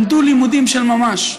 למדו לימודים של ממש.